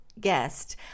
guest